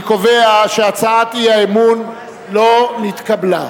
אני קובע שהצעת האי-אמון לא נתקבלה.